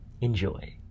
Enjoy